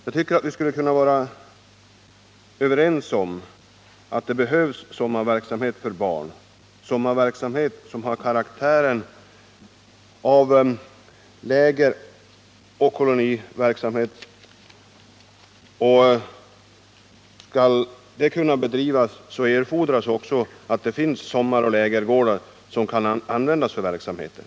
Jag tycker att vi skulle kunna vara överens om att det för barn behövs sommarverksamhet med karaktär av lägeroch koloniverksamhet. Men då erfordras att det finns sommaroch lägergårdar som kan användas för verksamheten.